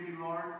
Lord